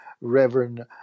Reverend